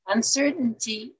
uncertainty